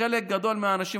לחלק גדול מהאנשים,